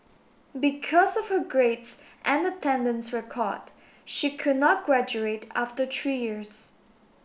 because of her grades and attendance record she could not graduate after three years